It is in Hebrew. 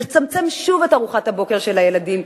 נצמצם שוב את ארוחת הבוקר של הילדים,